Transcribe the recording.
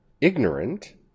ignorant